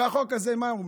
והחוק הזה, מה הוא אומר?